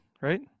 right